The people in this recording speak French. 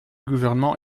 gouvernement